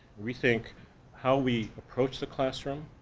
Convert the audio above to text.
rethink how we approach the classroom,